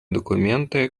документы